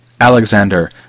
Alexander